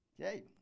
Okay